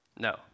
No